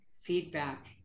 feedback